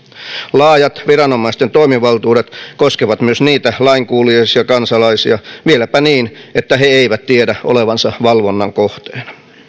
laajat viranomaisten toimivaltuudet koskevat myös niitä lainkuuliaisia kansalaisia vieläpä niin että he eivät tiedä olevansa valvonnan kohteena